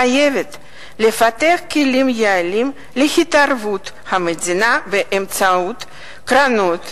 חייבת לפתח כלים יעילים להתערבות המדינה באמצעות קרנות,